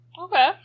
Okay